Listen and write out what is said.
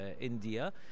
India